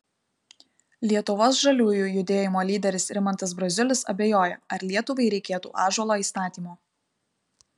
lietuvos žaliųjų judėjimo lyderis rimantas braziulis abejoja ar lietuvai reikėtų ąžuolo įstatymo